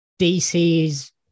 dc's